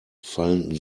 fallen